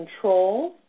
control